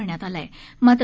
करण्यात आला आहेमात्र